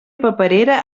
paperera